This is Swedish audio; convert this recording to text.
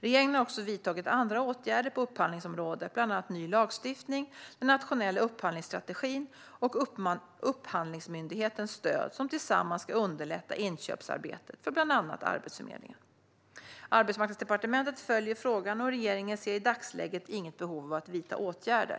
Regeringen har också vidtagit andra åtgärder på upphandlingsområdet, bland annat ny lagstiftning, den nationella upphandlingsstrategin och Upphandlingsmyndighetens stöd, som tillsammans ska underlätta inköpsarbetet för bland annat Arbetsförmedlingen. Arbetsmarknadsdepartementet följer frågan, och regeringen ser i dagsläget inget behov av att vidta åtgärder.